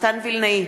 מתן וילנאי,